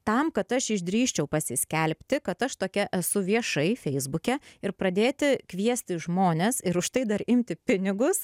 tam kad aš išdrįsčiau pasiskelbti kad aš tokia esu viešai feisbuke ir pradėti kviesti žmones ir už tai dar imti pinigus